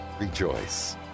Rejoice